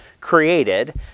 created